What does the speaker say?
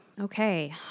Okay